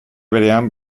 berean